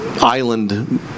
island